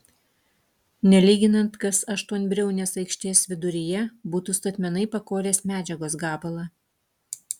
nelyginant kas aštuonbriaunės aikštės viduryje būtų statmenai pakoręs medžiagos gabalą